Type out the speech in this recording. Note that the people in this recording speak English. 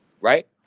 Right